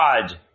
God